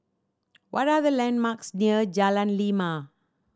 what are the landmarks near Jalan Lima